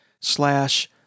slash